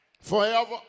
Forever